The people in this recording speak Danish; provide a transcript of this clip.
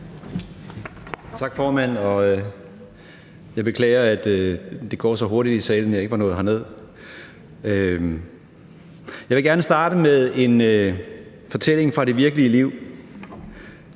ikke nåede herned før nu, men det gik så hurtigt her i salen, at jeg ikke nåede det. Jeg vil gerne starte med en fortælling fra det virkelige liv.